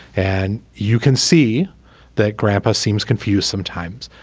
and you can see that grandpa seems confused sometimes.